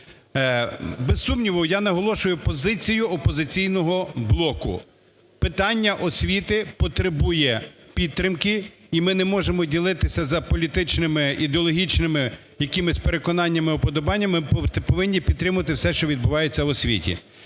Без сумніву, я наголошую позицію "Опозиційного блоку", питання освіти потребує підтримки, і ми не можемо ділитися за політичними, ідеологічними якимись переконаннями і вподобаннями, ми повинні підтримувати все, що відбувається в освіті.